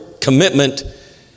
commitment